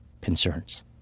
concerns